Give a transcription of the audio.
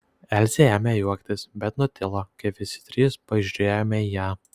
elzė ėmė juoktis bet nutilo kai visi trys pažiūrėjome į ją